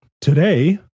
Today